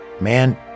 Man